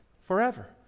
forever